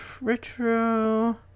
Retro